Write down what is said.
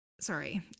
Sorry